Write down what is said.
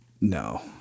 no